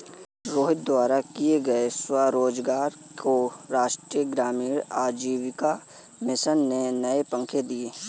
रोहित द्वारा किए गए स्वरोजगार को राष्ट्रीय ग्रामीण आजीविका मिशन ने नए पंख दिए